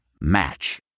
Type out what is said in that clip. Match